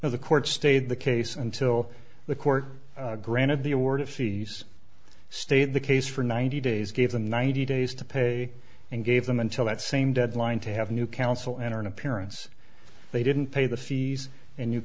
as the court stayed the case until the court granted the award fees stayed the case for ninety days gave them ninety days to pay and gave them until that same deadline to have new counsel enter an appearance they didn't pay the fees and you